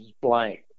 blank